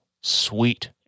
sweet